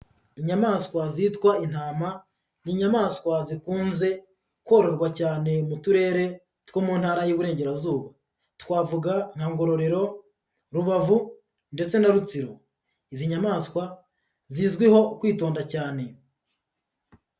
Inyamaswa zitwa intama, ni inyamaswa zikunze kororwa cyane mu turere two mu ntara y'Iburengerazuba, twavuga nka Ngororero, Rubavu ndetse na Rutsiro, izi nyamaswa zizwiho kwitonda cyane.